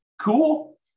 Cool